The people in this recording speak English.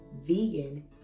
vegan